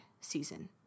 season